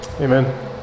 Amen